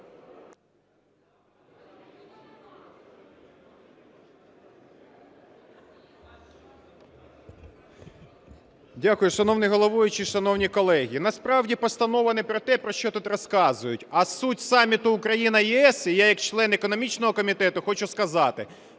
Дякую. Шановний головуючий, шановні колеги! Насправді постанова не про те, про що тут розказують. А суть саміту Україна-ЄС, я як член економічного комітету хочу сказати: